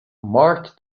marked